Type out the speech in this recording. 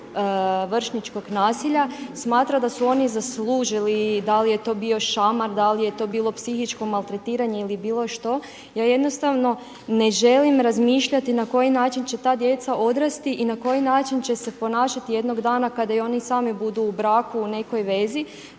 vršnjačkog nasilja smatra da su oni zaslužili, da li je to bio šamar, da li je to bilo psihičko maltretiranje ili bilo što. Ja jednostavno ne želim razmišljati na koji način će ta djeca odrasti i na koji način će se ponašati jednog dana kada i oni sami budu u braku u nekoj vezi.